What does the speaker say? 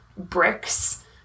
bricks